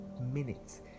minutes